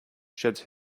sheds